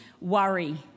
worry